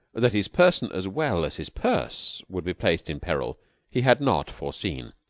that his person as well as his purse would be placed in peril he had not foreseen.